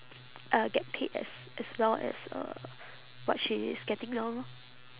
uh get paid as as well as uh what she is getting now lor